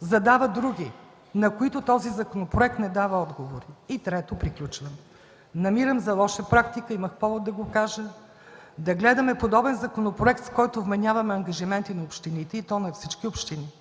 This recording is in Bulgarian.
задава други, на които този законопроект не дава отговори. И трето, приключвам – намирам за лоша практика, имах повод да го кажа, да гледаме подобен законопроект, с който вменяваме ангажименти на общините, и то на всички общини,